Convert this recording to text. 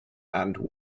and